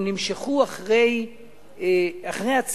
הם נמשכו אחרי עצמם.